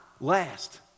last